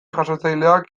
jasotzaileak